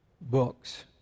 books